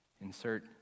insert